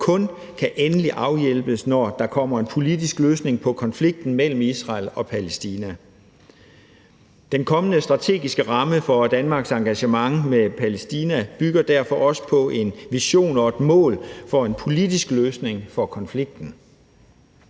kun kan endeligt afhjælpes, når der kommer en politisk løsning på konflikten mellem Israel og Palæstina. Den kommende strategiske ramme for Danmarks engagement i Palæstina bygger derfor også på en vision og et mål om en politisk løsning på konflikten.